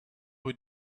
who